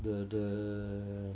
the the